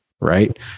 right